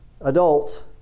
adults